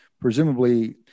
presumably